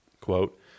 Quote